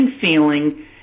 feeling